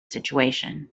situation